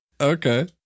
Okay